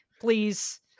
please